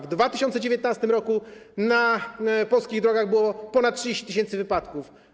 W 2019 r. na polskich drogach było ponad 30 tys. wypadków.